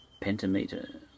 pentameter